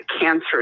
cancer